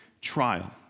trial